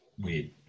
Weird